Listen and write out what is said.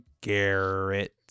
Garrett